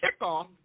kickoff